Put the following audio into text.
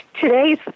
today's